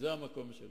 זה המקום שלו.